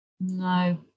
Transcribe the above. No